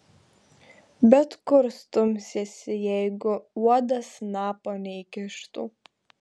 bet kur stumsiesi jeigu uodas snapo neįkištų